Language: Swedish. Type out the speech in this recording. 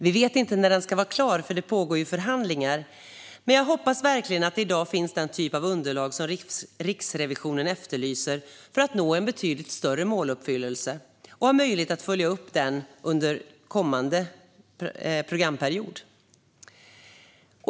Vi vet inte när den ska vara klar, för det pågår förhandlingar. Men jag hoppas verkligen att det i dag finns den typ av underlag som Riksrevisionen efterlyser för att man ska kunna nå en betydligt större måluppfyllelse och ha möjlighet att följa upp den under kommande programperiod.